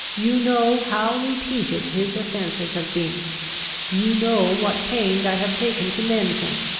you know how repeated his offences have been you know what pains i have taken to mend him.